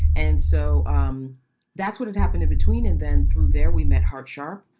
and so um that's what had happened in between. and then through there, we met hart sharp,